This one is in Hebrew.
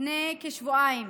לפני כשבועיים